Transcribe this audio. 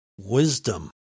wisdom